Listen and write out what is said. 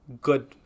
good